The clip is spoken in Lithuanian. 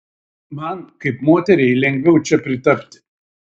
man kaip moteriai lengviau čia pritapti